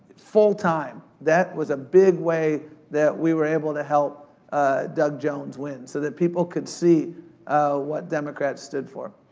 full-time. that was a big way that we were able to help doug jones win. so that people could see what democrats stood for.